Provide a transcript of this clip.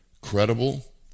credible